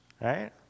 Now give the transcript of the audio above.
right